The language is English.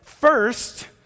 first